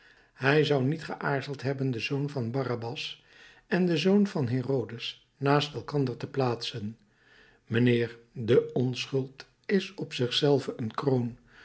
hij zou niet geaarzeld hebben den zoon van barrabas en den zoon van herodes naast elkander te plaatsen mijnheer de onschuld is op zich zelve een kroon